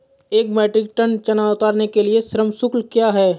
एक metric tonne चना उतारने के लिए श्रम शुल्क क्या है?